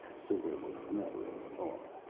so there was never any thaw.